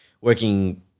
working